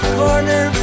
corner